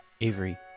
Avery